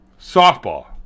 Softball